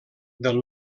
del